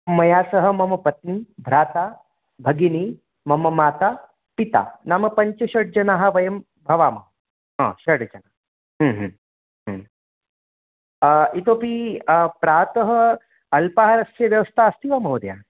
मया सह मम पत्नी भ्राता भगिनी मम माता पिता नाम पञ्च षड् जनाः वयं भवामः हा षड् जनाः इतोपि प्रातः अल्पाहारस्य व्यवस्था अस्ति वा महोदये